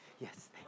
Yes